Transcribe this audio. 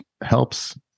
helps